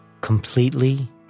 completely